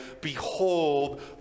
behold